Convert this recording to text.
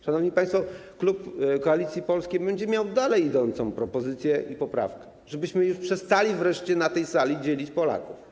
Szanowni państwo, klub Koalicji Polskiej będzie miał dalej idącą propozycję i poprawkę, żebyśmy już przestali wreszcie na tej sali dzielić Polaków.